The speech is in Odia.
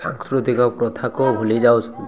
ସାଂସ୍କୃତିକ ପ୍ରଥାକୁ ଭୁଲି ଯାଉଛନ୍ତି